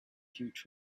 huge